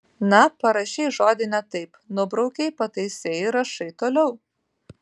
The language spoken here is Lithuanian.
na parašei žodį ne taip nubraukei pataisei ir rašai toliau